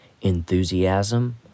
enthusiasm